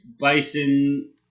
Bison